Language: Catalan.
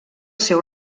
seu